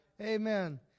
Amen